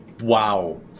Wow